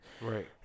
Right